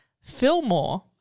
Fillmore